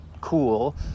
cool